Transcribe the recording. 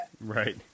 right